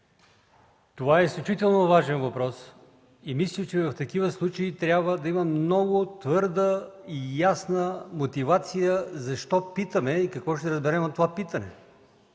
Това е изключително важен въпрос и мисля, че в такива случаи трябва да имаме много твърда и ясна мотивация защо питаме и какво ще разберем от него.